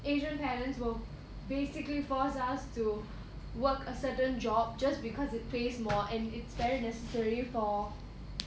asian parents will basically force us to work a certain job just because it pays more and it's very necessary for